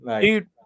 dude